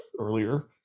earlier